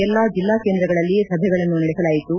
ಎಲ್ಲ ಜಿಲ್ಲಾ ಕೇಂದ್ರಗಳಲ್ಲಿ ಸಭೆಗಳನ್ನು ನಡೆಸಲಾಯಿತು